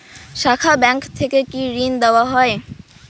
শাখা ব্যাংক থেকে কি ঋণ দেওয়া হয়?